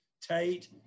Tate